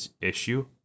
issue